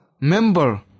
Member